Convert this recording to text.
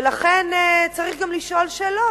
ולכן גם צריך לשאול שאלות.